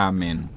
Amen